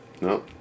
no